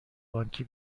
بانکی